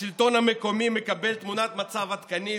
השלטון המקומי מקבל תמונת מצב עדכנית,